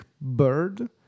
bird